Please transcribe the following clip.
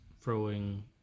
throwing